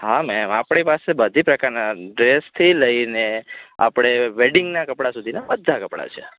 હા મેમ આપડી પાસે બધી પ્રકારના ડ્રેસથી લઈને આપડે વેડિંગના કપડાં સુધીના બધા કપડાં છે